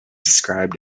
described